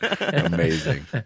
amazing